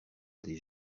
des